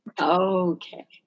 Okay